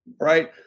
right